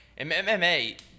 MMA